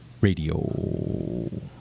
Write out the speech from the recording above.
radio